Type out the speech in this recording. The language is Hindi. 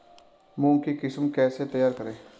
मूंग की किस्म कैसे तैयार करें?